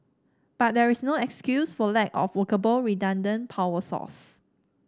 but there is no excuse for lack of workable redundant power source